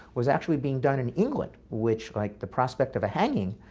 was actually being done in england. which, like the prospect of a hanging,